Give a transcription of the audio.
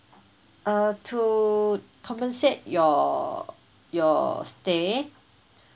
uh to compensate your your stay